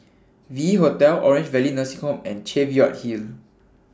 V Hotel Orange Valley Nursing Home and Cheviot Hill